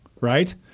right